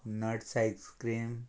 nuts ice-cream